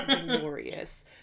glorious